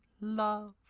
love